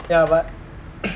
ya but